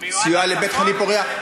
סיוע לבית-חולים פוריה.